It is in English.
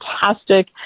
fantastic